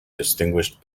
distinguished